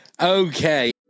Okay